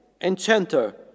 enchanter